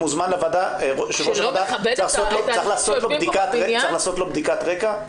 יושב ראש הוועדה צריך לעשות לו בדיקת רקע?